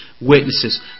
witnesses